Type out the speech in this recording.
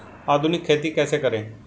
आधुनिक खेती कैसे करें?